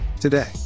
today